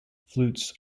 flutes